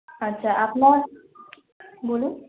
আচ্ছা আপনার বলুন